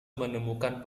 menemukan